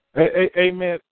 Amen